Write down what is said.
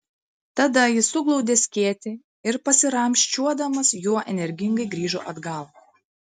tada jis suglaudė skėtį ir pasiramsčiuodamas juo energingai grįžo atgal